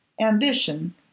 ambition